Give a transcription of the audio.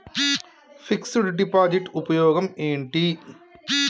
Fix డ్ deposit ఉపయోగం ఏంటి?